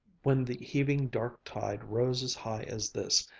when the heaving dark tide rose as high as this,